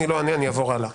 אעבור הלאה.